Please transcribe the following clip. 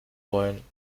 wollen